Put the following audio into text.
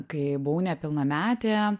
kai buvau nepilnametė